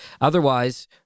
Otherwise